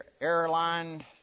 airline